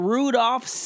Rudolph